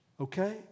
okay